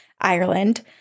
Ireland